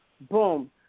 boom